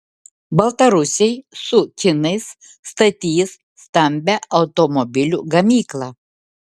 baltarusiai su kinais statys stambią automobilių gamyklą